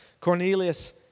Cornelius